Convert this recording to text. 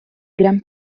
gran